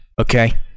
Okay